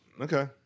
Okay